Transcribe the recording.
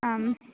आम्